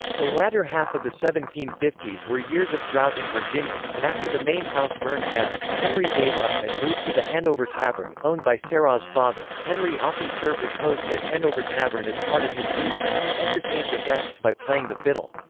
the latter half of the seventeen fifty s were years of drought in virginia, and after the main house burned down, henry gave up and moved to the hanover tavern, owned by sarah's father henry often served as host at hanover tavern as part of his duties, and entertained the guests by playing the fiddle.